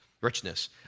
richness